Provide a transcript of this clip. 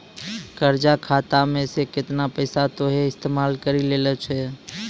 कर्जा खाता मे से केतना पैसा तोहें इस्तेमाल करि लेलें छैं